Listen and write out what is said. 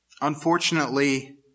unfortunately